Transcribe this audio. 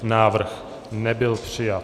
Návrh nebyl přijat.